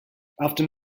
after